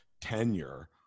tenure